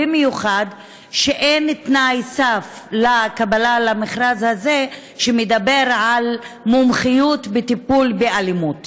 במיוחד כשאין תנאי סף לקבלה למכרז הזה שמדבר על מומחיות בטיפול באלימות.